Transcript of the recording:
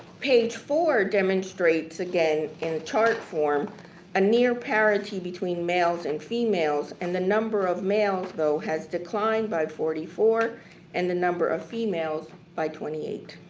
page four demonstrates again in chart form a near parity between males and females and the number of males though has declined by forty four and the number of females by twenty eight.